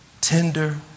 tender